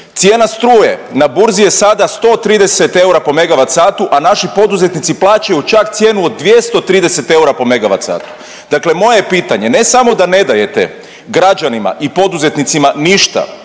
Cijena struje na burzi je sada 130 eura po megavat satu, a naši poduzetnici plaćaju čak cijenu od 230 eura po megavat satu. Dakle, moje je pitanje ne samo da ne dajete građanima i poduzetnicima ništa